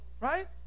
Right